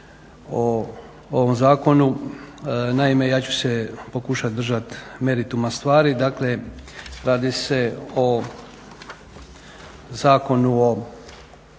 o ovom zakonu. naime, ja ću se pokušati držati merituma stvari, dakle radi se o Zakonu o